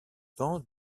temps